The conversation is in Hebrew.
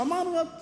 ושמענו את